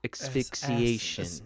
asphyxiation